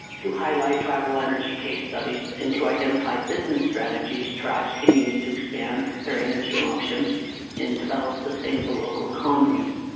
to highlight tribal energy case studies into identified business strategies tribes can use to expand their energy options and develop sustainable local economies.